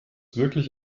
wirklich